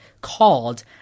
called